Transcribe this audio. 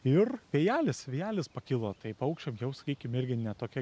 ir vėjelis vėjelis pakilo tai paukščiam jau sakykim irgi ne tokia